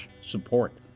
support